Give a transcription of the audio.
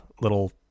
little